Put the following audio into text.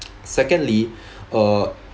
secondly uh